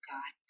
God